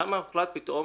למה הוחלט פתאום,